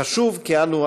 חשוב כי אנו,